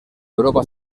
europa